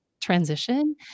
transition